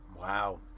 wow